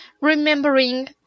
remembering